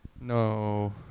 No